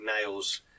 nails